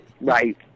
Right